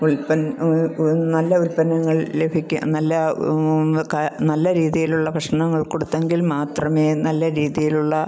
ഉൽപ്പന്ന നല്ല ഉൽപ്പന്നങ്ങൾ ലഭിക്കുക നല്ല രീതിയിലുള്ള ഭക്ഷണങ്ങൾ കൊടുത്തെങ്കിൽ മാത്രമേ നല്ല രീതിയിലുള്ള